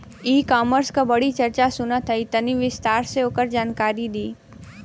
E commerce क बड़ी चर्चा सुनात ह तनि विस्तार से ओकर जानकारी दी?